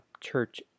church